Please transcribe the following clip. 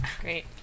Great